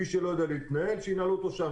מי שלא יודע להתנהל שינהלו אותו שם,